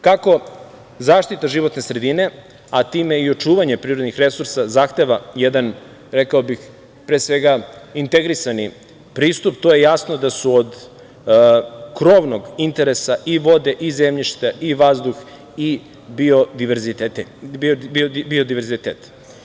Kako zaštita životne sredine, a time i očuvanje prirodnih resursa, zahteva jedan, rekao bih, integrisani pristup, to je jasno da su od krovnog interesa i vode i zemljišta i vazduh i bidiverzitet.